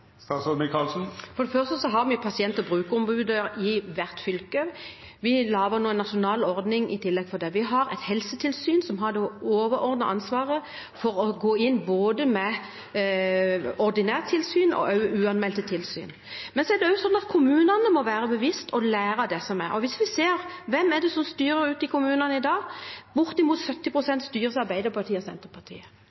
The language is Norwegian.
For det første har vi pasient- og brukerombud i hvert fylke. Vi lager nå en nasjonal ordning i tillegg til det. Vi har et helsetilsyn som har det overordnede ansvaret for å gå inn med både ordinært tilsyn og uanmeldte tilsyn. Men kommunene må være seg bevisst å lære av det som er. Og hvem er det som styrer kommunene i dag? Bortimot 70